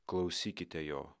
klausykite jo